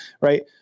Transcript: right